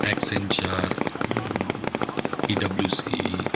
Accenture পিডাবলুসি